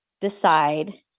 decide